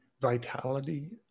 vitality